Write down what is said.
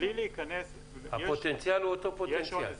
הפוטנציאל הוא אותו פוטנציאל.